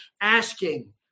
asking